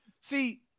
See